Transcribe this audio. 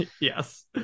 Yes